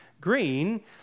green